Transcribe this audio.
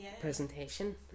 presentation